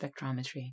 spectrometry